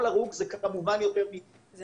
כל הרוג זה כמובן יותר מדיי.